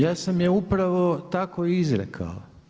Ja sam je upravo tako i izrekao.